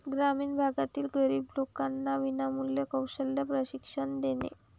ग्रामीण भागातील गरीब लोकांना विनामूल्य कौशल्य प्रशिक्षण देणे